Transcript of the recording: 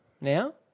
Now